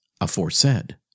aforesaid